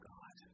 God